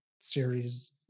Series